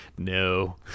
No